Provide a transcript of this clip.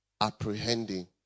apprehending